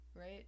right